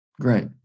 great